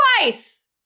twice